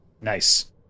nice